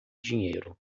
dinheiro